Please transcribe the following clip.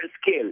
scale